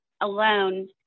alone